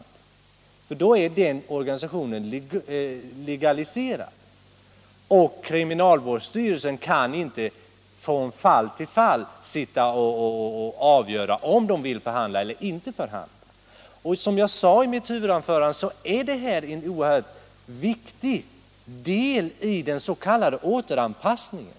Då skulle inte kriminalvårdsstyrelsen från fail till fall kunna avgöra om den vill förhandla eller inte. Som jag sade i mitt huvudanförande är detta ett oerhört viktigt led i dens.k. återanpassningen.